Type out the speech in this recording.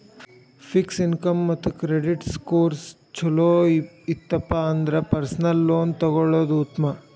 fix income ಮತ್ತ credit scores ಚೊಲೋ ಇತ್ತಪ ಅಂದ್ರ ಪರ್ಸನಲ್ ಲೋನ್ ತೊಗೊಳ್ಳೋದ್ ಉತ್ಮ